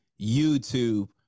YouTube